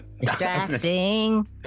Distracting